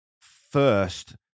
first